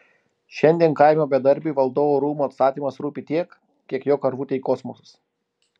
šiandien kaimo bedarbiui valdovų rūmų atstatymas rūpi tiek kiek jo karvutei kosmosas